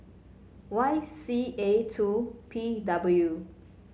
Y C A two P W